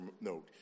note